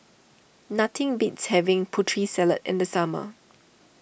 nothing beats having Putri Salad in the summer